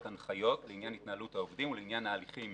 הנחיות לעניין התנהלות העובדים ולעניין ההליכים